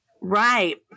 Right